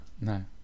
No